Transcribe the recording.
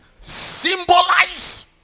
symbolize